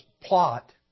plot